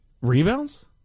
Rebounds